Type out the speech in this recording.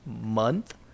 month